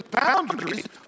boundaries